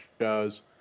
shows